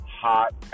hot